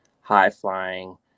high-flying